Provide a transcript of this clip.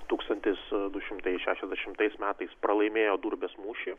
tūkstantis du šimtai šešiasdešimtais pralaimėjo durbės mūšį